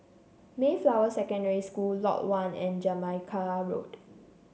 Mayflower Secondary School Lot One and Jamaica Road